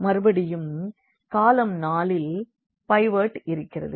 மறுபடியும் காலம் 4 இல் பைவோட் இருக்கிறது